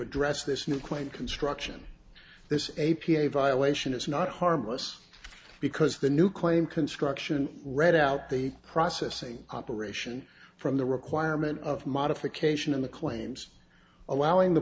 address this new quaint construction this a p a violation is not harmless because the new claim construction read out the processing operation from the requirement of modification in the claims allowing the